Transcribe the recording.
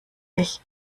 ich